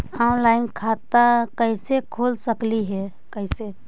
Online खाता कैसे खोल सकली हे कैसे?